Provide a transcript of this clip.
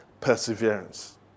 perseverance